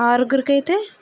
ఆరుగురికి అయితే